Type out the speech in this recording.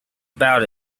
about